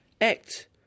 Act